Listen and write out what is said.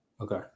Okay